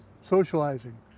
socializing